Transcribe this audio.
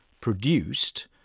produced